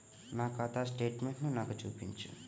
నా ఖాతా స్టేట్మెంట్ను నాకు చూపించు